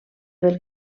del